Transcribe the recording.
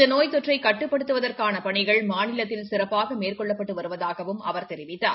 இந்த நோய் தொற்றை கட்டுப்படுத்துவதற்கான பணிகள் மாநிலத்தில் சிறப்பாக மேற்கொள்ளப்பட்டு வருவதாகவும் அவர் தெரிவித்தார்